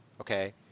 Okay